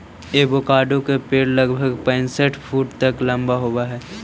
avocado के पेड़ लगभग पैंसठ फुट तक लंबा होब हई